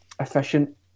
efficient